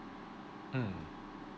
mm